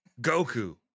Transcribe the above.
Goku